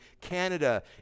canada